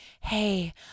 hey